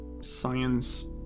science